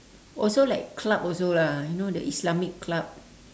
also like club also lah you know the Islamic club